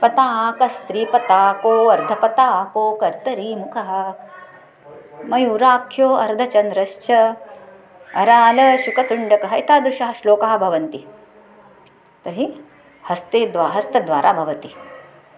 पता आक स्त्रीपताको अर्धपताको कर्तरीमुखः मयूराख्यो अर्धचन्द्रश्च अरालः शुकतुण्डकः एतादृशः श्लोकः भवति तर्हि हस्ते द्वा हस्तद्वारा भवति